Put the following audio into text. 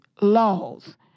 laws